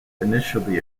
initially